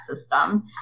system